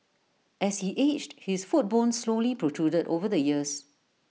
as he aged his foot bone slowly protruded over the years